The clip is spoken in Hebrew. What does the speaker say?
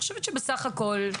חושב שבסך הכל,